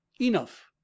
enough